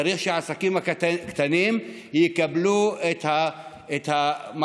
צריך שהעסקים הקטנים יקבלו את הפיצוי,